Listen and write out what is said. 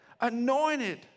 anointed